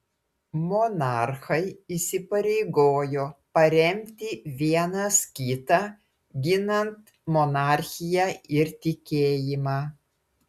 monarchai įsipareigojo paremti vienas kitą ginant monarchiją ir tikėjimą